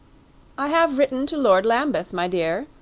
i have written to lord lambeth, my dear,